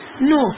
No